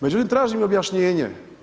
Međutim, tražim objašnjenje.